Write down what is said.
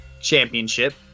championship